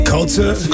Culture